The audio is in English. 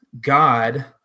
God